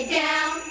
down